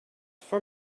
for